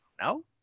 No